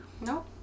no